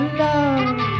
love